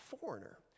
foreigner